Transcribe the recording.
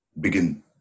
begin